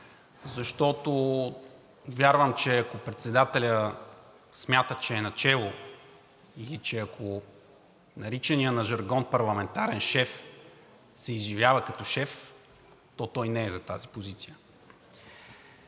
защото вярвам че, ако председателят смята, че е начело и че ако наричания на жаргон парламентарен шеф, се изживява като шеф, то той не е за тази позиция.